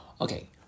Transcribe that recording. Okay